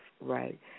right